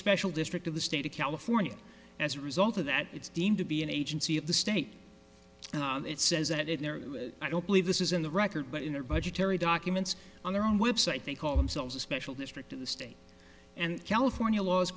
special district of the state of california as a result of that it's deemed to be an agency of the state and it says that in there i don't believe this is in the record but in their budgetary documents on their own website they call themselves a special district of the state and california